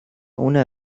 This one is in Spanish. una